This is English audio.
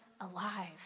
alive